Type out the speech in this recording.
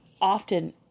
often